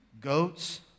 goats